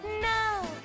no